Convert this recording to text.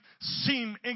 seem